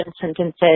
sentences